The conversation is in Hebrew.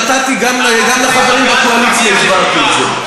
ונתתי, גם לחברים בקואליציה הסברתי את זה.